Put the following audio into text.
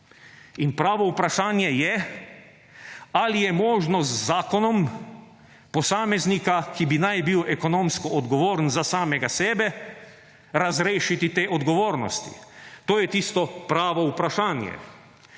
In pravo vprašanje je, ali je možno z zakonom posameznika, ki bi naj bil ekonomsko odgovoren za samega sebe, razrešiti te odgovornosti. To je tisto pravo vprašanje.